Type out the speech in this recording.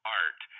art